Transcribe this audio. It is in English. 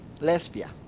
Lesbia